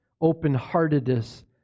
open-heartedness